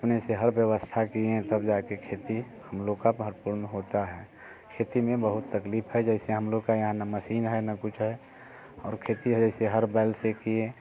अपने से हर व्यवस्था किए तब जा के खेती हम लोग का महत्वपूर्ण होता है खेती में बहुत तकलीफ़ है जैसे हम लोग का यहाँ ना मशीन है ना कुछ है और खेती जैसे हर बैल से किए